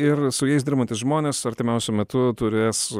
ir su jais dirbantys žmonės artimiausiu metu turės